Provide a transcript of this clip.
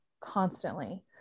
constantly